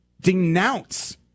denounce